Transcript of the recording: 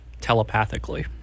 telepathically